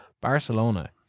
Barcelona